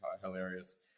hilarious